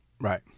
Right